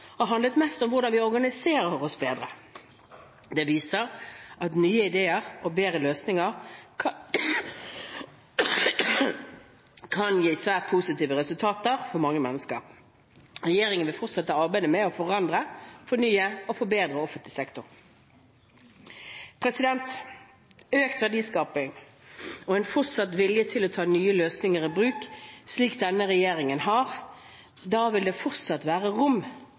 har handlet mest om hvordan vi organiserer oss bedre. Det viser at nye ideer og bedre løsninger kan gi svært positive resultater for mange mennesker. Regjeringen vil fortsette arbeidet med å forandre, fornye og forbedre offentlig sektor. Med økt verdiskaping og en fortsatt vilje til å ta nye løsninger i bruk, slik denne regjeringen har, vil det fortsatt være rom